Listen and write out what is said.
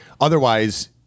otherwise